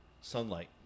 sunlight